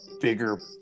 bigger